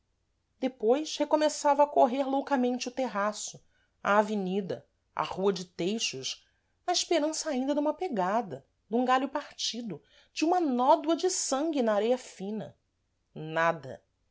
depois recomeçava a correr loucamente o terraço a avenida a rua de teixos na esperança ainda duma pgada dum galho partido de uma nódoa de sangue na areia fina nada